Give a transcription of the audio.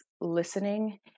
listening